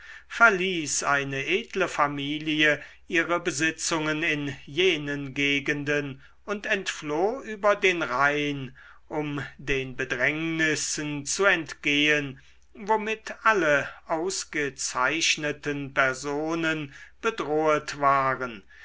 verließ eine edle familie ihre besitzungen in jenen gegenden und entfloh über den rhein um den bedrängnissen zu entgehen womit alle ausgezeichneten personen bedrohet waren